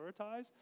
prioritize